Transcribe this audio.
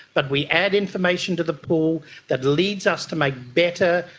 but we add information to the pool that leads us to make better,